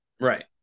Right